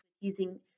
using